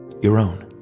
your own,